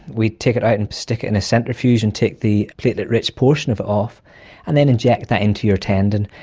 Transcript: we take it out and stick it in a centrifuge and take the platelet rich portion of it off and then inject that into your tendon.